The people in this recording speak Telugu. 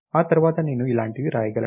ఆ తర్వాత నేను ఇలాంటివి రాయగలను